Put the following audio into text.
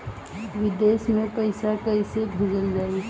विदेश में पईसा कैसे भेजल जाई?